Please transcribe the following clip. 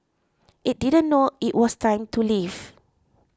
it didn't know it was time to leave